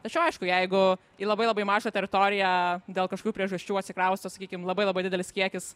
tačiau aišku jeigu į labai labai mažą teritoriją dėl kažkokių priežasčių atsikrausto sakykim labai labai didelis kiekis